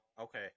Okay